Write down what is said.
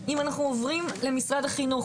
אם אנחנו עוברים למשרד החינוך,